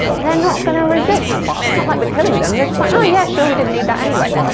they're not going to resist. it's not like we're killing them, they're just like oh yeah, sure we didn't need that anyway.